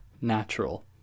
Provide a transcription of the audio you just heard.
natural